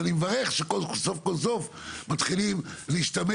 ואני מברך שסוף כל סוף מתחילים להשתמש